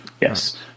yes